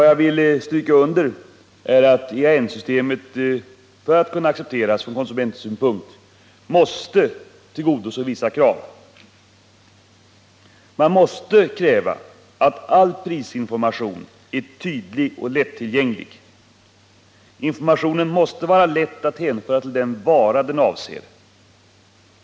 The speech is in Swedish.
Jag vill stryka under att EAN-systemet, för att kunna accepteras från konsumentsynpunkt, måste tillgodose vissa krav. Vi måste kräva att all prisinformation är tydlig och lättillgänglig. Informationen måste vara lätt att hänföra till den vara den avser.